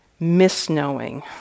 misknowing